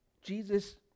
Jesus